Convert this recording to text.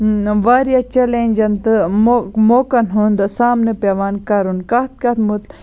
واریاہ چیلینٛجَن تہٕ مو موقعن ہُنٛد سامنہٕ پیٚوان کَرُن کتھ کتھ مُت